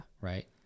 Right